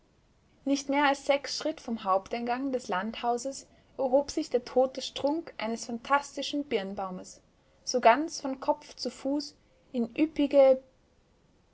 nicht mehr als sechs schritt vom haupteingang des landhauses erhob sich der tote strunk eines phantastischen birnbaumes so ganz von kopf zu fuß in üppige